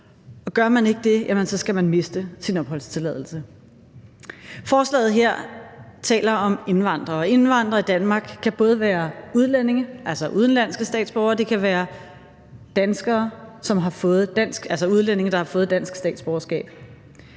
gør man ikke det, skal man miste sin opholdstilladelse. Forslaget her taler om indvandrere, og indvandrere i Danmark kan både være udenlandske statsborgere og udlændinge, der har fået dansk statsborgerskab.